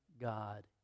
God